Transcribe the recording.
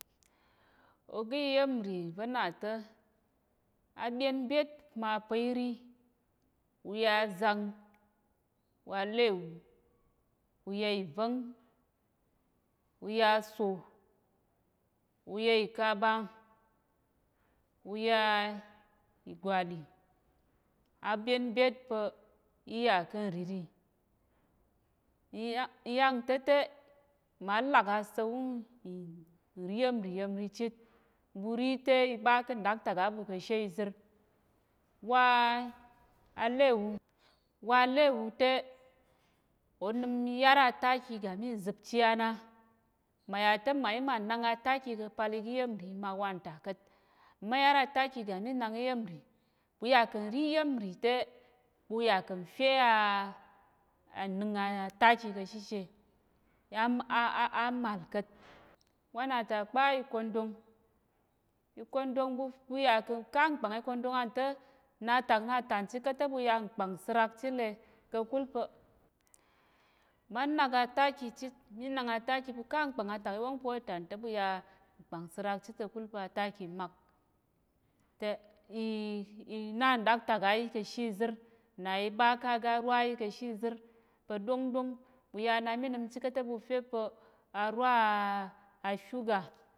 Oga iya̱m nri va̱ na ta̱, á ɓyen byét, ma pa̱ í ri. U ya azang, alehu u ya ìvá̱ng, u ya aso, u ya ìkaba, u ya ìgwali, á ɓyen byét pa̱ í yà kà̱ nríri ǹyang ta̱ te mma lak asa̱lwu n- n nri iya̱m nrì ya̱m rì chit. Ɓu ri te i ɓa ká̱ nɗaktak á ɓu ka̱shi izər, wa alehu, wa alehu te onəm i yar ataki ga mi zəpchi á na. Mà yà te, mayi mà nang ataki ka̱ pal iga iya̱m nrì i mak wanta ka̱t. Ma yar ataki ga mí nak iya̱m nrì, ɓu yà kà̱ nri iya̱m nrì te ɓu yà kà̱ nfe nnəng ataki ka̱ shishe á màl ka̱t. Wanata kpa ikondong, ikondong ɓu ɓu yà kà̱ nka nkpàng ikondong anta̱ nà atak na tàn chi ka̱t te ɓu ya nkpàng sərak chit le kakul pa̱, ma nak ataki chit, mí nak ataki ɓu kal nkpàng atak wóng pa̱ ôtàn te ɓu ya nkpàng sərak chit ka̱kul pa̱ ataki mak, te i na nɗak tak á yi ka̱ she izər, nna i ɓa ká̱ aga rwa á yi ka̱ she izər pa̱ ɗóngɗóng, ɓu ya na mí nəm chit ka̱t te ɓu fe pa̱ arwa ashuga.